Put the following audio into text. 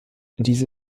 diese